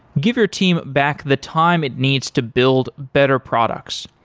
give your team back the time it needs to build better products.